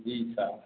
जी sir